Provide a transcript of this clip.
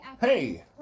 Hey